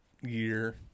year